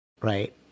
right